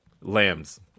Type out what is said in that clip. lambs